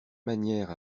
manière